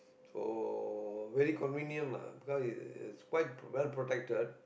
so very convenient lah because it is quite well protected